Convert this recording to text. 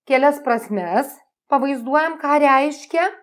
kelias prasmes pavaizduojam ką reiškia